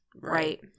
right